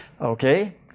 Okay